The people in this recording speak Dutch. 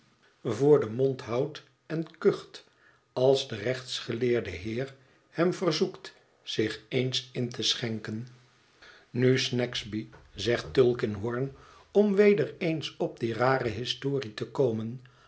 voor den mond houdt en kucht als de rechtsgeleerde heer hem verzoekt zich eens in te schenken nu snagsby zegt tulkinghorn om weder eens op die rare historie te komen